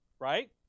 Right